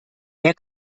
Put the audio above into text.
wer